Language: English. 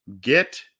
get